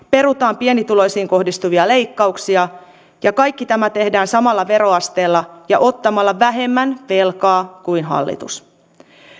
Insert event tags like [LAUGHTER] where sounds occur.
[UNINTELLIGIBLE] perutaan pienituloisiin kohdistuvia leikkauksia ja kaikki tämä tehdään samalla veroasteella ja ottamalla vähemmän velkaa kuin hallitus